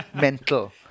mental